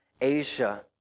Asia